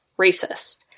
racist